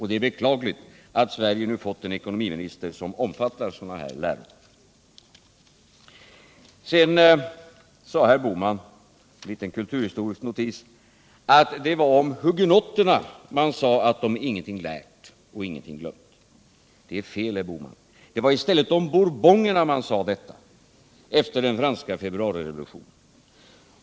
Det är beklagligt att Sverige nu fått en ekonomiminister som omfattar sådana läror. Sedan sade herr Bohman -— en liten kulturhistorisk notis — att det var om hugenotterna man sade att de ingenting lärt och ingenting glömt. Det är fel, herr Bohman. Det var i stället om bourbonerna man sade detta efter den franska februarirevolutionen.